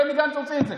בני גנץ הוציא את זה.